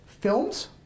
films